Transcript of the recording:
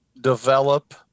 develop